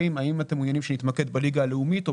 האם אתם מעוניינים שנתמקד בליגה הלאומית?